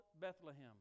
Bethlehem